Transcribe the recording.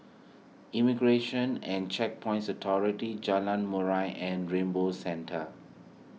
Immigration and Checkpoints Authority Jalan Murai and Rainbow Centre